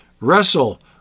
Wrestle